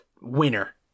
winner